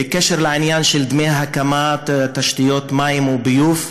בקשר לעניין דמי הקמת תשתיות מים וביוב,